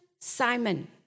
Simon